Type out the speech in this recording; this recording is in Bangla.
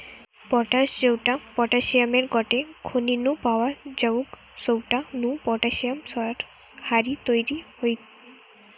পটাশ জউটা পটাশিয়ামের গটে খনি নু পাওয়া জউগ সউটা নু পটাশিয়াম সার হারি তইরি হয়